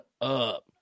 up